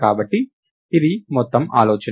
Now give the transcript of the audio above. కాబట్టి ఇది మొత్తం ఆలోచన